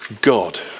God